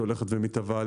שהולכת ומתהווה.